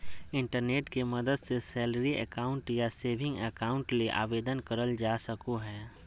internet के मदद से सैलरी अकाउंट या सेविंग अकाउंट ले आवेदन करल जा सको हय